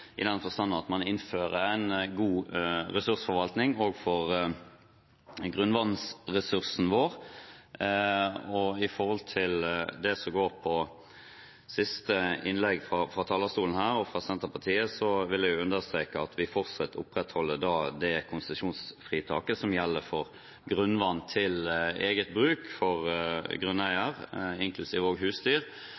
i denne proposisjonen, og jeg vil takke energi- og miljøkomiteen for arbeidet med disse endringene. Det er hver for seg relativt små endringer, men to av forslagene inneholder substansiell verdi i den forstand at man innfører en god ressursforvaltning for grunnvannsressursen vår. Til siste innlegg fra talerstolen her, fra Senterpartiet, vil jeg understreke at vi fortsatt opprettholder det konsesjonsfritaket som gjelder